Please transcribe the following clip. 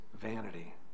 vanity